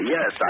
Yes